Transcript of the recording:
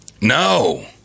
No